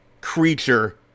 creature